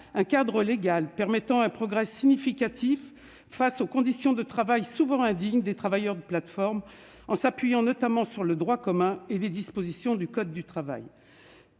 un cadre légal permettant un progrès significatif dans les conditions de travail souvent indignes de ces travailleurs, un cadre s'appuyant notamment sur le droit commun et les dispositions du code du travail.